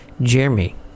Jeremy